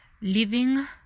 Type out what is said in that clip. Living